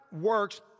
works